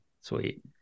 Sweet